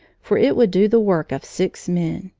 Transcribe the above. for it would do the work of six men.